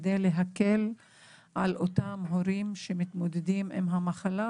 כדי להקל על אותם הורים שמתמודדים עם המחלה